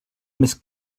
més